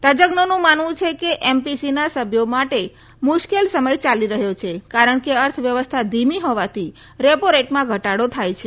તજજ્ઞોનું માનવું છે કે એમપીસીના સભ્યો માટે મુશ્કેલ સમય ચાલી રહ્યો છે કારણ કે અર્થ વ્યવસ્થા ધીમી હોવાથી રેપો રેટમાં ઘટાડો થાય છે